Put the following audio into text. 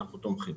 אנחנו תומכים.